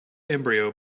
embryo